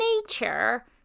nature